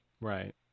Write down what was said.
Right